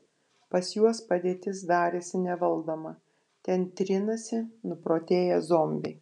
pas juos padėtis darėsi nevaldoma ten trinasi nuprotėję zombiai